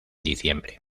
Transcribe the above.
diciembre